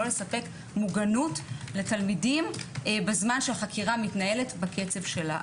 לספק מוגנות לתלמידים בזמן שהחקירה מתנהלת בקצב שלה.